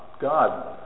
God